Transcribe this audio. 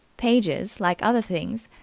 pages like other things,